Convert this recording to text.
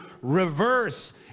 reverse